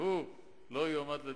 והוא לא יועמד לדין?